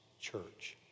church